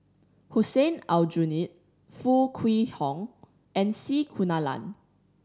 Hussein Aljunied Foo Kwee Horng and C Kunalan